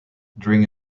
during